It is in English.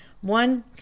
one